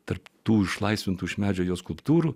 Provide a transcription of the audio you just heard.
tarp tų išlaisvintų iš medžio skulptūrų